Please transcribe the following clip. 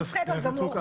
חברת הכנסת סטרוק,